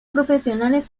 profesionales